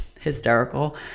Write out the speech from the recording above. hysterical